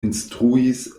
instruis